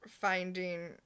finding